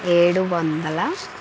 ఏడు వందల